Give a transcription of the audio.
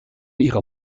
ihrer